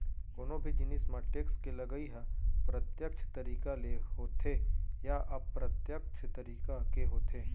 कोनो भी जिनिस म टेक्स के लगई ह प्रत्यक्छ तरीका ले होथे या अप्रत्यक्छ तरीका के होथे